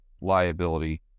liability